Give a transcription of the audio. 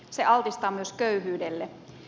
se altistaa myös köyhyydelle